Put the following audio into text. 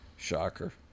Shocker